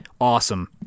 awesome